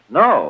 no